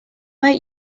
make